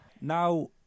Now